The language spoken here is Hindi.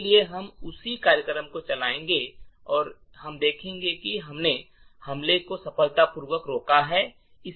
इसलिए हम उसी कार्यक्रम को चलाएंगे और हम देखेंगे कि इसने हमले को सफलतापूर्वक रोका है